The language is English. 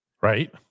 Right